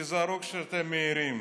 תיזהרו כשאתם מעירים,